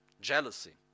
Jealousy